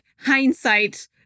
hindsight